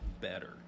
better